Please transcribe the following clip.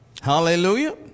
Hallelujah